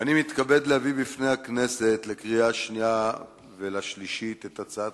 אני מתכבד להביא בפני הכנסת לקריאה השנייה ולקריאה השלישית את הצעת